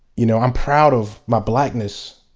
you know i'm proud of my blackness